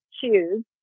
choose